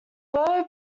bow